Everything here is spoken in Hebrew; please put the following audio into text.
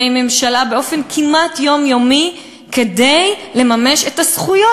ממשלה באופן כמעט יומיומי כדי לממש את הזכויות,